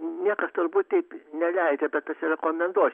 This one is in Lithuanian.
niekas turbūt taip neleidžia bet aš rekomenduosiu